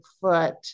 foot